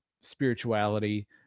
spirituality